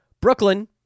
Brooklyn